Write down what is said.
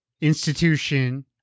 institution